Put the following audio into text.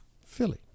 Philly